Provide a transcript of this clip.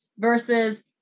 Versus